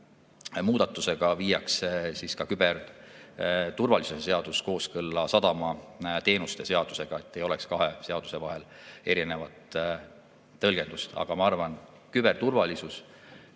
muudatusega viiakse küberturvalisuse seadus kooskõlla sadamaseadusega, et ei oleks kahe seaduse erinevat tõlgendust. Aga ma arvan, et küberturvalisus